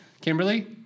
Kimberly